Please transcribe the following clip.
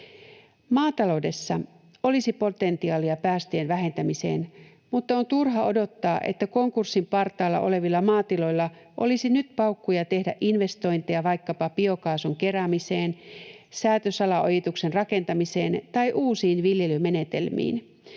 Maataloudessa olisi potentiaalia päästöjen vähentämiseen, mutta on turha odottaa, että konkurssin partaalla olevilla maatiloilla olisi nyt paukkuja tehdä investointeja vaikkapa biokaasun keräämiseen, säätösalaojituksen rakentamiseen tai uusiin viljelymenetelmiin.